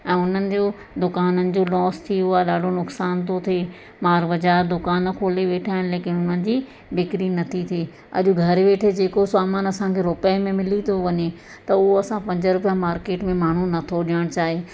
ऐं उन्हनि जो दुकाननि जो लॉस थी वियो आहे ॾाढो नुक़सान थो थिए मार वजह दुकान खोले वेठा आहिनि लेकिन उन्हनि जी बिकरी नथी थिए अॼु घरु वेठे जेको सामान असांखे रुपए में मिली थो वञे त उहो असां पंज रुपया मार्केट में माण्हू नथो ॾियणु चाहे